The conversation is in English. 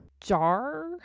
jar